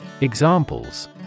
Examples